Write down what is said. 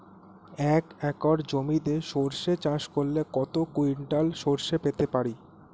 এক একর জমিতে সর্ষে চাষ করলে কত কুইন্টাল সরষে পেতে পারি?